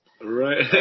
Right